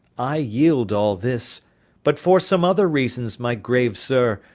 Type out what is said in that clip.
i yield all this but, for some other reasons, my grave sir,